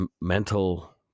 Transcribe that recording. mental